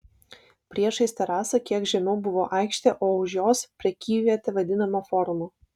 priešais terasą kiek žemiau buvo aikštė o už jos prekyvietė vadinama forumu